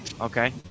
okay